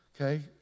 okay